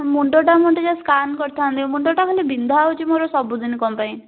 ମୁଣ୍ଡଟା ମୁଁ ଟିକେ ସ୍କାନ୍ କରିଥାନ୍ତି ମୁଣ୍ଡ ତ ଖାଲି ବିନ୍ଧା ହେଉଛି ମୋର ସବୁଦିନ କ'ଣ ପାଇଁ